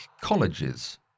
colleges